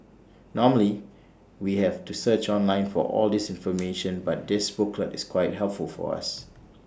normally we have to search online for all this information but this booklet is quite helpful for us